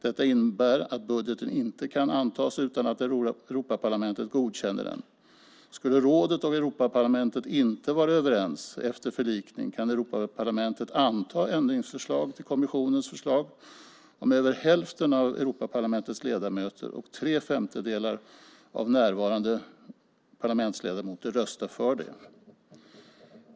Detta innebär att budgeten inte kan antas utan att Europaparlamentet godkänner den. Skulle rådet och Europaparlamentet inte vara överens efter förlikning kan Europaparlamentet anta ändringsförslag till kommissionens förslag om över hälften av Europaparlamentets ledamöter och tre femtedelar av närvarande parlamentsledamöter röstar för det.